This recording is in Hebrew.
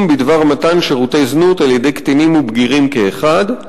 בדבר מתן שירותי זנות על-ידי קטינים ובגירים כאחד.